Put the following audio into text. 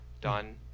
done